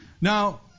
Now